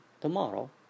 tomorrow